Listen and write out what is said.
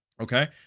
okay